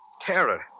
terror